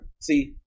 See